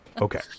Okay